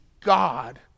God